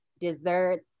desserts